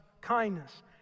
kindness